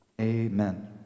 Amen